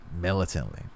militantly